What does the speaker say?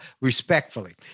respectfully